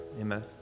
amen